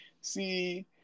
see